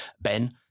Ben